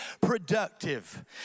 productive